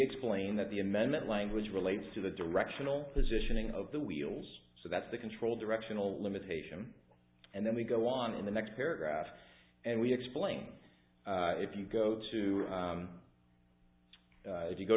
explain that the amendment language relates to the directional positioning of the wheels so that's the control directional limitation and then we go on in the next paragraph and we explain if you go to if you go